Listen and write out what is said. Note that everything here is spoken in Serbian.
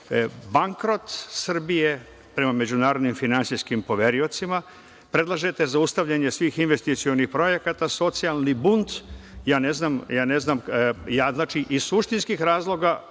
bankrot Srbije prema međunarodnim finansijskim poveriocima. Predlažete zaustavljanje svih investicionih projekata, socijalni bunt. Ne znam. Iz suštinskih razloga,